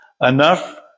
enough